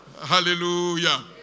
Hallelujah